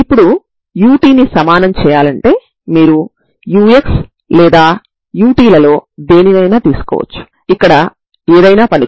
ఇప్పుడు మనం ఈ సాధారణ అవకలన సమీకరణం Xx 2 Xx0 ను తీసుకుందాం